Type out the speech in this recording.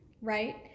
right